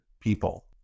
people